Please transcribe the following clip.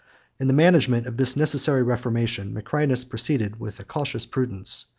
in the management of this necessary reformation, macrinus proceeded with a cautious prudence,